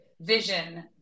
vision